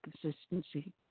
consistency